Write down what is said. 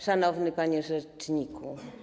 Szanowny Panie Rzeczniku!